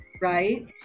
right